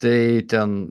tai ten